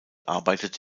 arbeitet